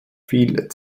fiel